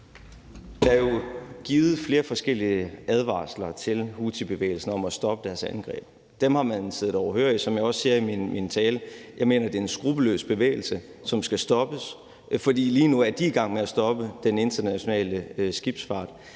Der er jo givet flere forskellige advarsler til houthibevægelsen om at stoppe deres angreb. Dem har man siddet overhørig. Som jeg også sagde i min tale, mener jeg, det er en skruppelløs bevægelse, som skal stoppes, for lige nu er de i gang med at stoppe den internationale skibsfart.